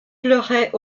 pleuraient